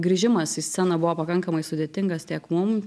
grįžimas į sceną buvo pakankamai sudėtingas tiek mum